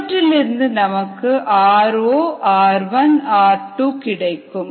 இவற்றிலிருந்து நமக்கு r0r1r2 கிடைக்கும்